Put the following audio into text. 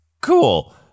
Cool